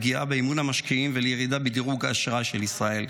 לפגיעה באמון המשקיעים ולירידה בדירוג האשראי של ישראל.